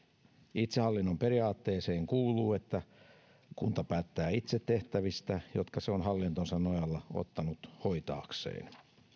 itsehallinnon periaatteeseen kuuluu että kunta päättää itse tehtävistä jotka se on hallintonsa nojalla ottanut hoitaakseen